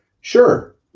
sure